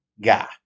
guy